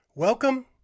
Welcome